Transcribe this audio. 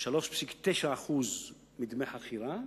3.9% מדמי חכירה,